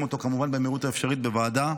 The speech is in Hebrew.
אותו כמובן במהירות האפשרית בוועדה,